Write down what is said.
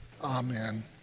Amen